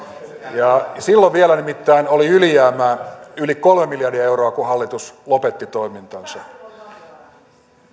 silloin nimittäin vielä oli ylijäämää yli kolme miljardia euroa kun hallitus lopetti toimintansa